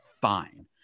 fine